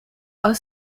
are